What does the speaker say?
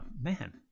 man